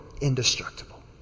indestructible